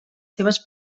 seves